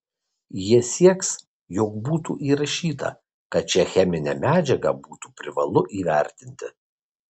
jie sieks jog būtų įrašyta kad šią cheminę medžiagą būtų privalu įvertinti